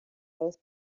both